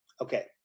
Okay